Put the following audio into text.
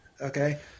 Okay